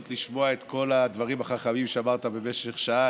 לשמוע את כל הדברים החכמים שאמרת במשך שעה.